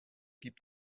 gibt